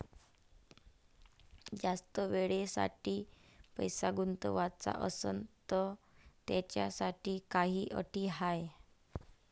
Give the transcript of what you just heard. जास्त वेळेसाठी पैसा गुंतवाचा असनं त त्याच्यासाठी काही अटी हाय?